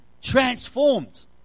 transformed